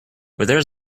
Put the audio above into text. where